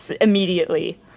immediately